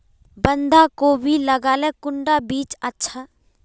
बंधाकोबी लगाले कुंडा बीज अच्छा?